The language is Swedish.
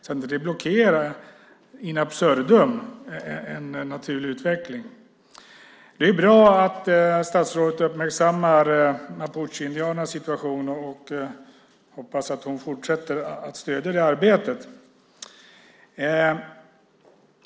En naturlig utveckling får inte blockeras in absurdum. Det är bra att statsrådet uppmärksammar mapucheindianernas situation, och jag hoppas att hon fortsätter att stödja det arbetet.